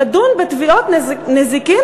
לדון בתביעות נזיקין,